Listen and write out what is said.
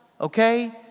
okay